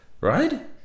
right